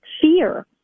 fear